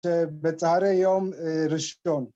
‫שבצהרי יום ראשון.